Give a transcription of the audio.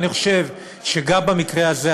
אני חושב שגם המקרה הזה,